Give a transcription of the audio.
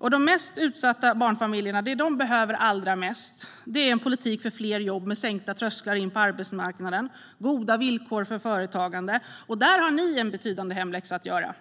Det de mest utsatta barnfamiljerna behöver allra mest är en politik för fler jobb, med sänkta trösklar in på arbetsmarknaden och goda villkor för företagande. Där har ni en betydande hemläxa att göra!